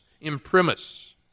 imprimis